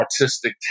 artistic